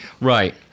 Right